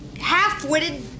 half-witted